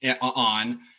on